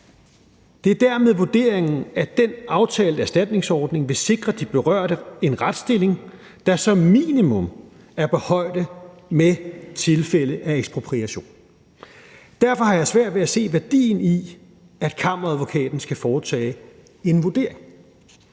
Det er dermed vurderingen, at den aftalte erstatningsordning vil sikre de berørte en retsstilling, der som minimum er på højde med tilfælde af ekspropriation. Derfor har jeg svært ved at se værdien i, at Kammeradvokaten skal foretage en vurdering.